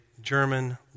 German